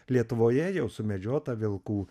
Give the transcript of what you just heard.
lietuvoje jau sumedžiota vilkų